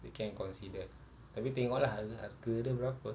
you can consider tapi tengok lah harga dia berapa